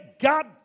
God